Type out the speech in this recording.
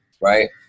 right